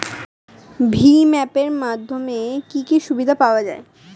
ভিম app এর মাধ্যমে কি কি সুবিধা পাওয়া যায়?